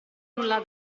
nulla